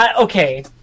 okay